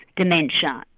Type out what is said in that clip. dementia.